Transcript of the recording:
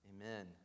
Amen